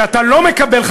שאתה לא מקבל,